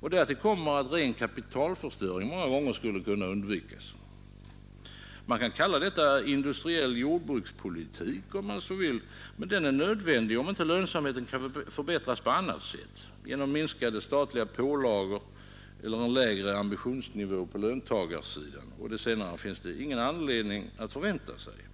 och därtill kommer att ren kapitalförstöring många gånger skulle kunna undvikas. Man kan kalla det industriell jordbrukspolitik, om man så vill, men den är nödvändig, om inte lönsamheten kan förbättras på annat sätt, t.ex. genom minskade statliga pålagor eller en lägre ambitionsnivå på löntagarsidan. Det senare finns det ingen anledning att förvänta sig.